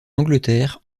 angleterre